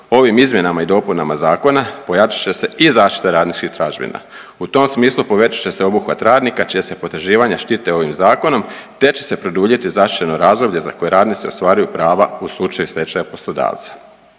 ovim izmjenama i dopunama zakona pojačat će se i zaštita radničkih tražbina. U tom smislu povećat će se obuhvat radnika čija se potraživanja štite ovim zakonom, te će se produljiti zaštićeno razdoblje za koje radnici ostvaruju prava u slučaju stečaja poslodavca.